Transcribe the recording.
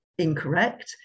incorrect